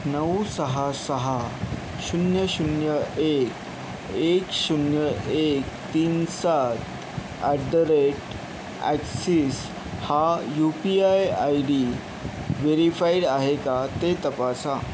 नऊ सहा सहा शून्य शून्य एक एक शून्य एक तीन सात अॅट द रेट अॅक्सीस हा U P I I D verified आहे का ते तपासा